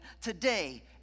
today